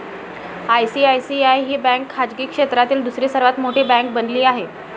ICICI ही bank खाजगी क्षेत्रातील दुसरी सर्वात मोठी बँक बनली आहे